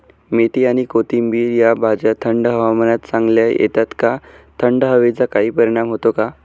मेथी आणि कोथिंबिर या भाज्या थंड हवामानात चांगल्या येतात का? थंड हवेचा काही परिणाम होतो का?